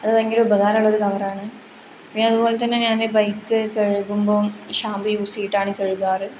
അത് ഭയങ്കര ഉപകാരമുള്ള ഒരു കവറാണ് പിന്നെ അതുപോലെത്തന്നെ ഞാൻ ബൈക്ക് കഴുകുമ്പോൾ ഷാംമ്പൂ യൂസ് ചെയ്തിട്ടാണ് കഴുകാറ്